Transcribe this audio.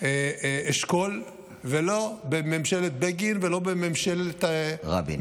אשכול ולא בממשלת בגין ולא בממשלת, רבין.